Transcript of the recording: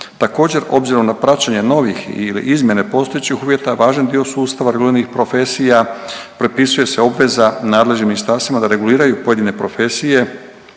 Također obzirom na praćenje novih ili izmjene postojećih uvjeta važan dio sustava reguliranih profesija propisuje se obveza nadležnim ministarstvima da reguliraju pojedine profesije,